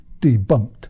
debunked